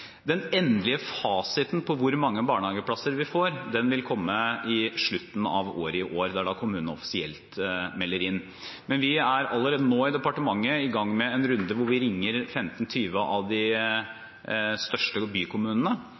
Den endelige fasiten på hvor mange barnehageplasser vi får, vil komme i slutten av året i år. Det er da kommunene offisielt melder inn. Men vi er allerede nå i departementet i gang med en runde hvor vi ringer 15–20 av de største bykommunene